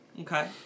Okay